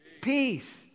peace